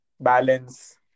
balance